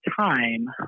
time